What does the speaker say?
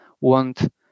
want